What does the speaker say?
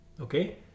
okay